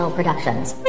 Productions